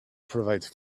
provide